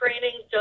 Training